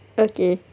okay